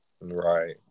Right